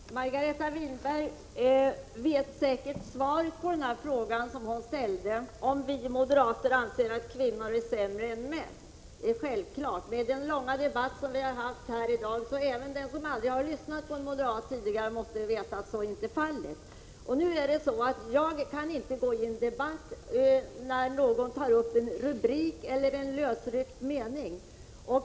Herr talman! Margareta Winberg vet säkert svaret på den fråga som hon 20 november 1986 ställt, om vi moderater anser att kvinnor är sämre än män. Efter den långa = Ja comme debatt som vi har haft här i dag måste — det är självklart — även den som aldrig tidigare har lyssnat på en moderat veta att så inte är fallet. Jag kan inte gå in i en debatt när någon hänvisar till en rubrik eller en lösryckt mening.